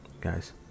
guys